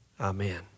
Amen